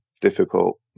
difficult